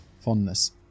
fondness